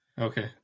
Okay